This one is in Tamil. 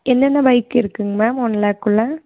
என்னென்ன பைக் இருக்குங்க மேம் ஒன் லேக்குள்ளே